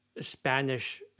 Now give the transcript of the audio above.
Spanish